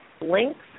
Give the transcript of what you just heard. links